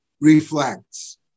reflects